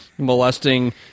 molesting